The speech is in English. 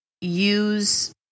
use